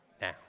Now